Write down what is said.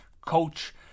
coach